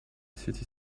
city